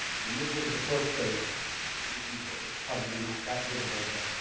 and this is the source code view source, it's probably not that visible. but